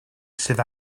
sydd